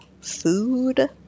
food